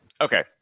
Okay